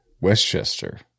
Westchester